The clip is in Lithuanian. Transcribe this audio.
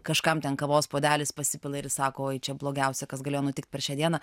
kažkam ten kavos puodelis pasipila ir jis sako oi čia blogiausia kas galėjo nutikt per šią dieną